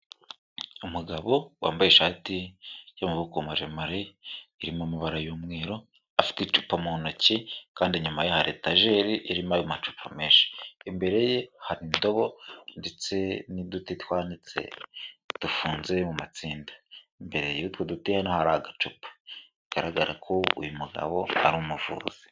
Umugabo wambaye ishati yo mu maboko maremare, irimo amabara y'umweru, afite icupa mu ntoki kandi nyuma ye hari etajeri, irimo ayo amacupa menshi, imbere ye hari indobo ndetse n'uduti twanitse dufunze mu matsinda. Imbere y'utwo duti hino hari agacupa, bigaragara ko uyu mugabo ari umuvuzi.